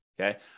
okay